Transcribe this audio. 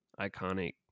iconic